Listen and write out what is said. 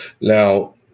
Now